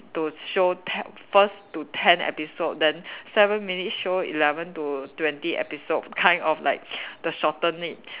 to show ten first to ten episode then seven minute show eleven to twenty episode kind of like the shorten it